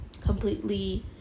completely